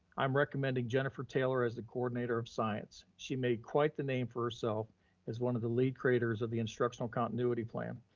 i'm recommending jennifer taylor as the coordinator of science. she made quite the name for herself as one of the lead creators of the instructional continuity plan.